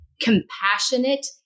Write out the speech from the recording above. compassionate